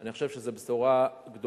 אני חושב שזו בשורה גדולה,